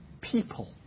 people